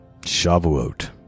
Shavuot